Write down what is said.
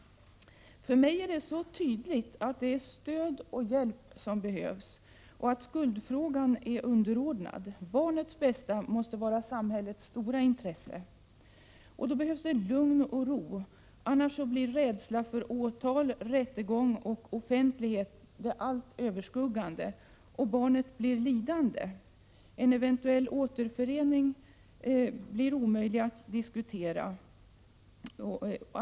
För mig är det mycket tydligt att det är stöd och hjälp som behövs och att skuldfrågan är underordnad. Barnets bästa måste vara samhällets stora intresse. Då behövs det lugn och ro, för annars blir rädslan för åtal, rättegång och offentlighet det allt överskuggande, och barnet blir lidande. En eventuell återförening blir omöjlig att diskutera då.